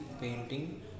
painting